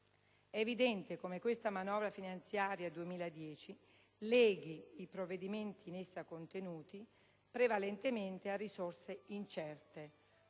è evidente come questa manovra finanziaria 2010 leghi i provvedimenti in essa contenuti prevalentemente a risorse incerte,